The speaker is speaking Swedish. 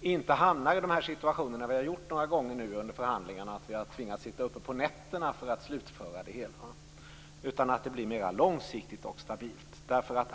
inte hamnar i de situationer som vi har gjort några gånger nu under förhandlingarna där vi har tvingats sitta uppe på nätterna för att slutföra det hela, utan att det blir långsiktigt och stabilt.